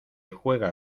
juega